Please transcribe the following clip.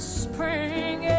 spring